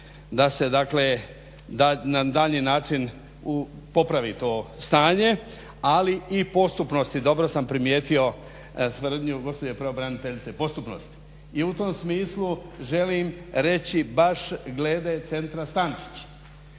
dakle na daljnji način popravi to stanje ali i postupnosti. Dobro sam primijetio tvrdnju gospođe pravobraniteljice postupnost. I u tom smislu želim reći baš glede centra Stančić.